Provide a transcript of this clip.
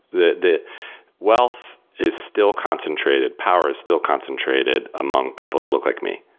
the the wealth is still concentrated. power is still concentrated among people to look like me.